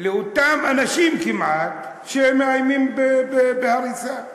לאותם אנשים, כמעט, שמאיימים בהריסה.